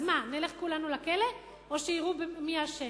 אז מה, נלך כולנו לכלא, או שיראו מי אשם?